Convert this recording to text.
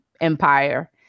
empire